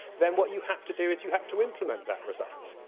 then what you have to do is you have to implement that result.